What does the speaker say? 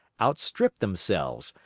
outstrip themselves,